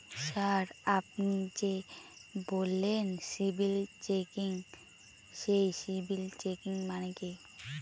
Sir আপনি যে বললেন সিবিল চেকিং সেই সিবিল চেকিং মানে কি?